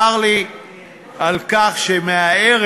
צר לי על כך שמהערב,